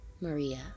Maria